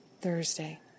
Thursday